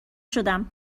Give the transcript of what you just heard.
شدم